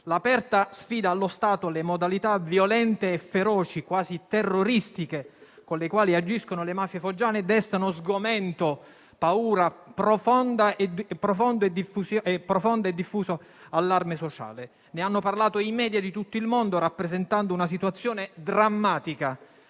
L'aperta sfida allo Stato, le modalità violente e feroci, quasi terroristiche, con le quali agiscono le mafie foggiane destano sgomento, paura profonda e diffuso allarme sociale. Ne hanno parlato i *media* di tutto il mondo, rappresentando una situazione drammatica,